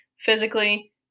physically